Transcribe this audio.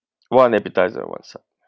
one appetiser one side